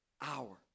hour